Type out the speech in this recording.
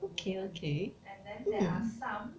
okay okay mm